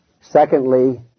Secondly